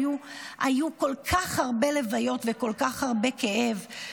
היו כל כך הרבה לוויות וכל כך הרבה כאב.